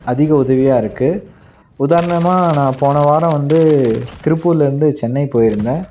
அதிக உதவியாக இருக்குது உதாரணமாக நான் போன வாரம் வந்து திருப்பூரில் இருந்து சென்னை போயிருந்தேன்